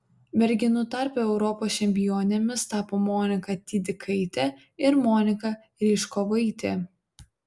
merginų tarpe europos čempionėmis tapo monika tydikaitė ir monika ryžkovaitė